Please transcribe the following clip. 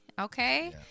Okay